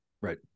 Right